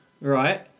Right